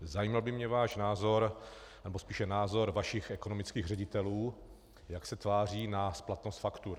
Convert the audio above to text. Zajímal by mě váš názor, nebo spíše názor vašich ekonomických ředitelů, jak se tváří na splatnost faktur.